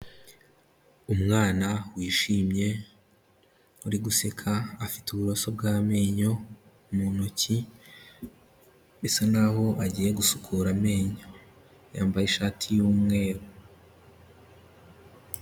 Umwana wishimye ,uri guseka, afite uburoso bw'amenyo mu ntoki, bisa nkaho agiye gusukura amenyo. Yambaye ishati y'umweru.